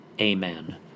amen